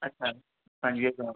अछा पंजवीह सौ